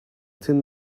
thin